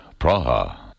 Praha